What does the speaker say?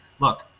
look